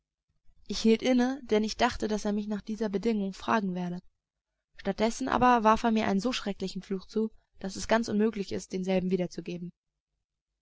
ich hielt inne denn ich dachte daß er mich nach dieser bedingung fragen werde statt dessen aber warf er mir einen so schrecklichen fluch zu daß es ganz unmöglich ist denselben wiederzugeben